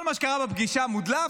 כל מה שקרה בפגישה מודלף,